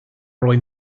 roi